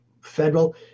federal